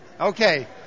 Okay